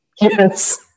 Yes